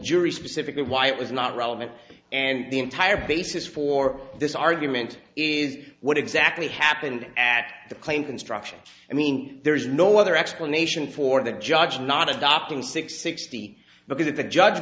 jury specifically why it was not relevant and the entire basis for this argument is what exactly happened at the claim construction i mean there is no other explanation for the judge not adopting six sixty because if the judge